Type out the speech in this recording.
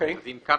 אם כך,